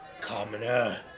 commoner